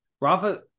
rafa